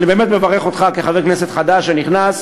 ואני באמת מברך אותך כחבר כנסת חדש שנכנס,